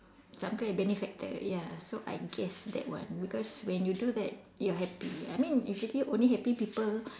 some kind benefactor ya so I guess that one because when you do that you're happy I mean basically only happy people